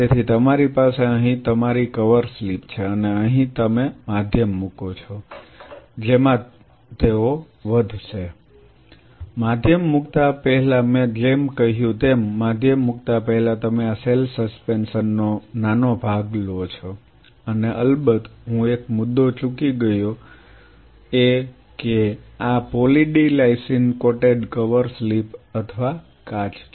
તેથી તમારી પાસે અહીં તમારી કવર સ્લિપ છે અને અહીં તમે માધ્યમ મૂકો છો જેમાં તેઓ વધશે માધ્યમ મૂકતા પહેલા મેં જેમ કહ્યું તેમ માધ્યમ મૂકતા પહેલા તમે આ સેલ સસ્પેન્શન નો નાનો ભાગ લો છો અને અલબત્ત હું એક મુદ્દો ચૂકી ગયો એ છે કે આ poly D lysine coated cover slip અથવા કાચ છે